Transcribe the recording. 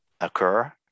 occur